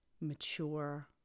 mature